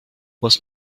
was